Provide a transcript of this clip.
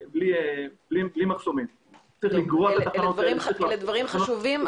אלה דברים חשובים,